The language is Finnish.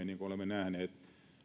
niin kuin olemme nähneet